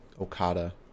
Okada